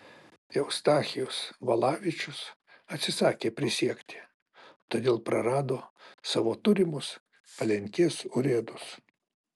eustachijus valavičius atsisakė prisiekti todėl prarado savo turimus palenkės urėdus